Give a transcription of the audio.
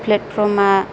फ्लेटफर्मआ